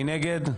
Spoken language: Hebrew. נגד?